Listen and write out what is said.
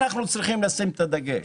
צריכים לשים את הדגש